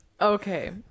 Okay